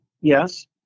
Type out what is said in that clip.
yes